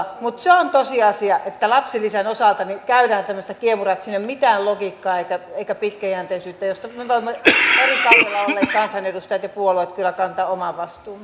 mutta se on tosiasia että lapsilisän osalta käydään tämmöistä kiemuraa ettei siinä ole mitään logiikkaa eikä pitkäjänteisyyttä mistä me voimme eri kausilla olleet kansanedustajat ja puolueet kyllä kantaa oman vastuumme